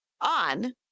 on